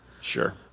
sure